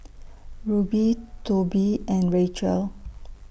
Rube Tobie and Rachel